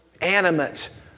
animate